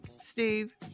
Steve